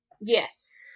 Yes